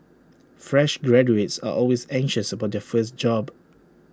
fresh graduates are always anxious about their first job